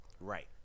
Right